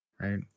right